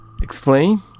explain